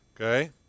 Okay